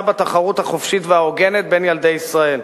בתחרות החופשית וההוגנת בין ילדי ישראל.